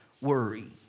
worry